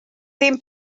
ddim